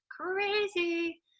crazy